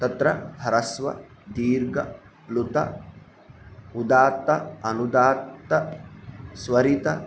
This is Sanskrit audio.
तत्र ह्रस्व दीर्घ प्लुत उदात्त अनुदात्त स्वरित